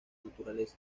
naturaleza